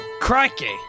Crikey